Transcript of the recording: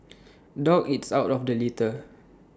dog eats out of the litter